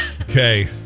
Okay